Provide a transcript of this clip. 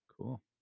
Cool